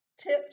tips